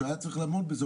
שהוא היה צריך לעמוד בזה,